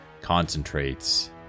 concentrates